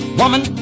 woman